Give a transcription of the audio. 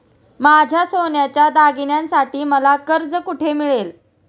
माझ्या सोन्याच्या दागिन्यांसाठी मला कर्ज कुठे मिळेल?